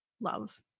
love